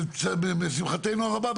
שלשמחתנו הרבה,